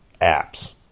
apps